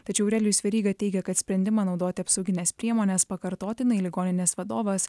tačiau aurelijus veryga teigia kad sprendimą naudoti apsaugines priemones pakartotinai ligoninės vadovas